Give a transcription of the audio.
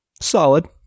solid